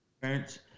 parents